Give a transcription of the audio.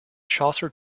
chaucer